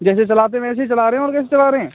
जैसे चलाते वैसी चला रहे हैं और कैसे चला रहे हैं